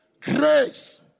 grace